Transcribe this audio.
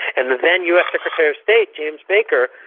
and the then us secretary of state, james baker,